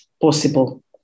possible